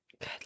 Good